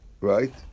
right